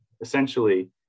Essentially